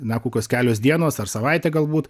na kokios kelios dienos ar savaitė galbūt